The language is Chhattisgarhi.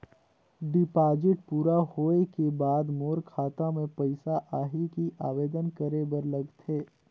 डिपॉजिट पूरा होय के बाद मोर खाता मे पइसा आही कि आवेदन करे बर लगथे?